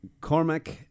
Cormac